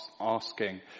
asking